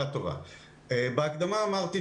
בהקדמה אמרתי,